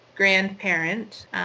grandparent